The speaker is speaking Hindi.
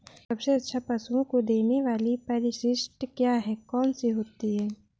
सबसे अच्छा पशुओं को देने वाली परिशिष्ट क्या है? कौन सी होती है?